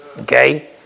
Okay